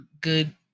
good